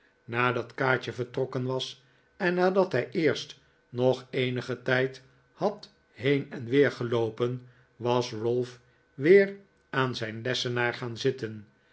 nadat kaatje vertrokken was en nadat hij eerst nog eenigen tijd had heen en weer geloopen was ralph weer aan zijn lessenaar gaan zitten